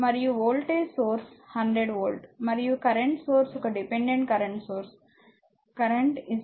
మరియు voltage voltage source 100 volt మరియు current source ఒక డిపెండెంట్ కరెంట్ సోర్స్ కరెంట్ అక్కడ 0